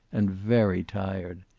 and very tired.